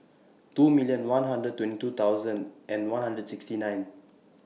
two million one hundred and twenty two thousand and one hundred and sixty nine